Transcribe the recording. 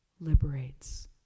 liberates